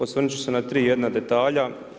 Osvrnuti ću se na 3 jedna detalja.